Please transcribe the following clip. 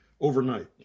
overnight